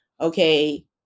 Okay